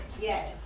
Yes